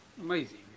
Amazing